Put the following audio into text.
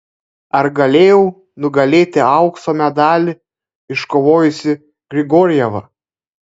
ar galėjau nugalėti aukso medalį iškovojusį grigorjevą